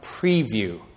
preview